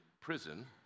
prison